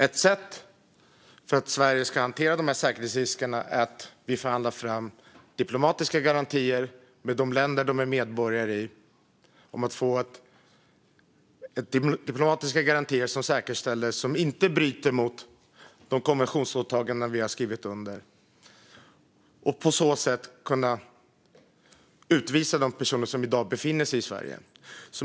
Ett sätt för Sverige att hantera dessa säkerhetsrisker är att vi förhandlar fram diplomatiska garantier med de länder de är medborgare i som inte bryter mot de konventionsåtaganden som vi har skrivit under för att på så sätt kunna utvisa de personer som i dag befinner sig i Sverige.